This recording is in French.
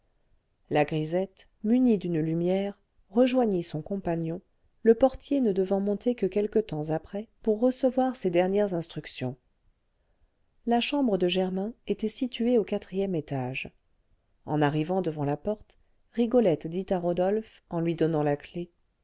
la grisette munie d'une lumière rejoignit son compagnon le portier ne devant monter que quelque temps après pour recevoir ses dernières instructions la chambre de germain était située au quatrième étage en arrivant devant la porte rigolette dit à rodolphe en lui donnant la clef